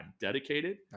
dedicated